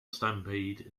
stampede